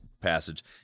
passage